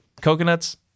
coconuts